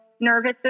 nervous